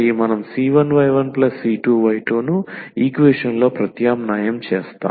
మనం c1y1c2y2 ను equation లో ప్రత్యామ్నాయం చేస్తాము